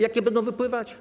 Jakie będą wypływać?